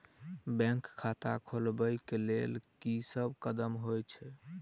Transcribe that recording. Bank खाता खोलबाबै केँ लेल की सब कदम होइ हय?